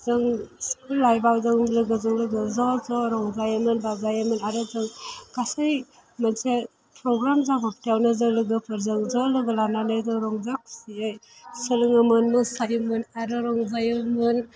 जों स्कुल लाइफआव जों लोगोजों लोगो ज' ज' रंजायोमोन बाजायोमोन आरो जों गासै मोनसे प्रग्राम जाब्र'बथायावनो जों लोगोफोरजों ज' लोगो लानानै जों रंजा खुसियै सोलोङोमोन मोसायोमोन आरो रंजायोमोन